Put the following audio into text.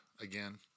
again